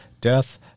death